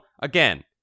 again